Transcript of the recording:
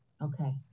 Okay